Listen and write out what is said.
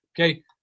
okay